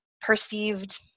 perceived